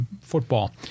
football